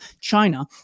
China